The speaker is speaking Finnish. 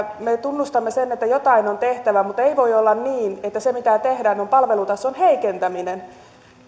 me tunnustamme sen että jotain on tehtävä mutta ei voi olla niin että se mitä tehdään on palvelutason heikentäminen